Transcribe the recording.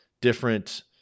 different